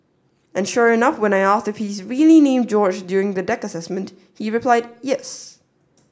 and sure enough when I asked if he's really named George during the deck assessment he replied yes